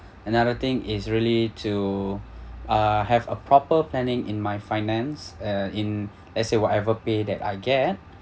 another thing is really to uh have a proper planning in my finance uh in let's say whatever pay that I get